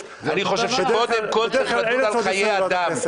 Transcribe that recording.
אני חושב שקודם כול צריך לדון על חיי אדם.